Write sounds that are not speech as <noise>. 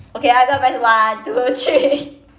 okay I gonna press one two three <laughs>